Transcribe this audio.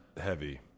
heavy